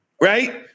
right